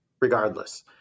regardless